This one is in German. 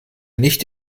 nicht